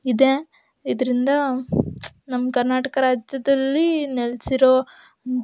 ಇದೆ ಇದರಿಂದ ನಮ್ಮ ಕರ್ನಾಟಕ ರಾಜ್ಯದಲ್ಲಿ ನೆಲೆಸಿರೋ